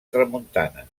tramuntana